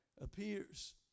appears